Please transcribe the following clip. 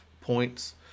points